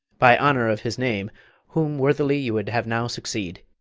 by honour of his name whom worthily you would have now succeed,